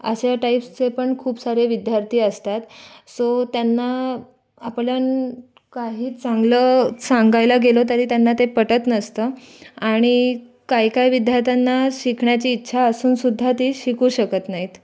अशा टाइप्सचे पण खूप सारे विद्यार्थी असतात सो त्यांना आपल्यान् काही चांगलं सांगायला गेलं तरी त्यांना ते पटत नसतं आणि काही काही विद्यार्थ्यांना शिकण्याची इच्छा असूनसुद्धा ते शिकू शकत नाहीत